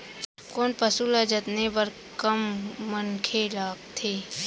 कोन पसु ल जतने बर कम मनखे लागथे?